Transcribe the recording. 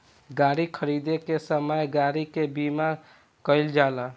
गाड़ी खरीदे के समय गाड़ी के बीमा कईल जाला